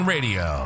Radio